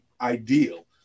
ideal